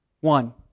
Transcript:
One